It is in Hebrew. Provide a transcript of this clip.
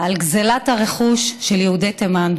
על גזלת הרכוש של יהודי תימן.